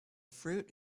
fruit